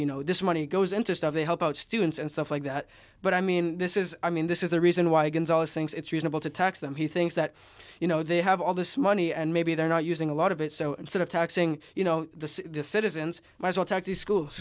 you know this money goes into stuff they help out students and stuff like that but i mean this is i mean this is the reason why gonzales thinks it's reasonable to tax them he thinks that you know they have all this money and maybe they're not using a lot of it so instead of taxing you know the citizens my tax the school